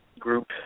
Group